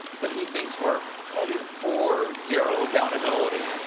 but he thinks we're headed for zero accountability.